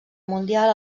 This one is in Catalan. mundial